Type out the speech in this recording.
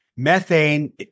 Methane